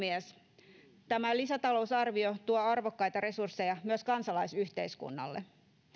arvoisa puhemies tämä lisätalousarvio tuo arvokkaita resursseja myös kansalaisyhteiskunnalle